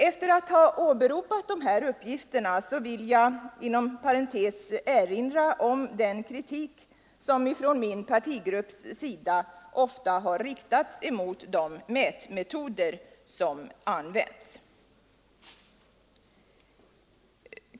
Efter att ha åberopat de här uppgifterna vill jag inom parentes erinra om den kritik som från min partigrupps sida ofta har riktats mot de mätmetoder som använts.